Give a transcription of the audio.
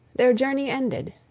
their journey ended.